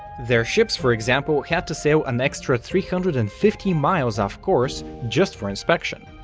their ships, for example, had to sail an extra three hundred and fifty miles off course just for inspection.